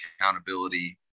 accountability